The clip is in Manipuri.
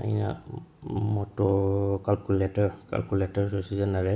ꯑꯩꯅ ꯃꯣꯇꯣ ꯀꯥꯜꯀꯨꯂꯦꯇꯔ ꯀꯥꯜꯀꯨꯂꯦꯇꯔꯁꯨ ꯁꯤꯖꯤꯟꯅꯔꯦ